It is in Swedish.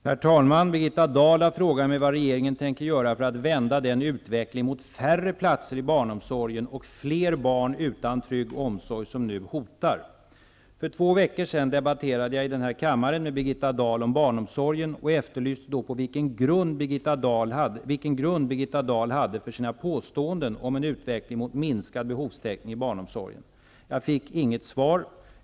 Her talman! Birgitta Dahl har frågat mig vad regeringen tänker göra för att vända den utveckling mot färre platser i barnomsorgen och fler barn utan trygg omsorg som nu hotar. För två veckor sedan debaterade jag i denna kammare med Birgitta Dahl om barnomsorgen och efterlyste då vilken grund Birgitta Dahl hade för sina påståenden om att det sker en utveckling mot minskad behovstäckning inom barnomsorgen. Jag fick inget svar.